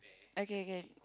okay okay